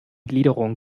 gliederung